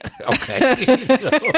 okay